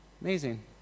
Amazing